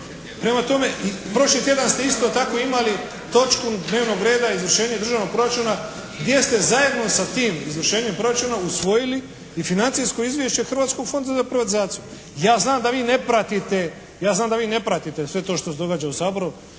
Prema tome prošli tjedan ste isto tako imali točku dnevnog reda izvršenje državnog proračuna gdje ste zajedno sa tim izvršenjem proračuna usvojili i financijsko izvješće Hrvatskog fonda za privatizaciju. Ja znam da vi ne pratite sve to što se događa u Saboru